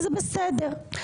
זה בסדר.